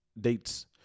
dates